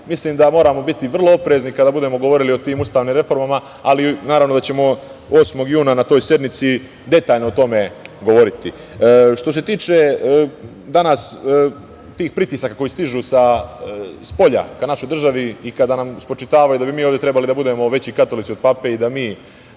Mislim da moramo biti vrlo oprezni kada budemo govorili o tim ustavnim reformama, ali naravno da ćemo 8. juna na toj sednici detaljno o tome govoriti. Što se tiče danas tih pritisaka koji stižu spolja ka našoj državi i kada nam spočitavaju da bi mi ovde trebali da budemo veći katolici od pape i da mi